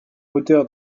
moteur